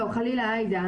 לא, חלילה, עאידה.